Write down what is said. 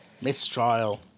Mistrial